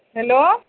hello